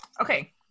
Okay